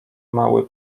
mały